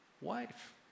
wife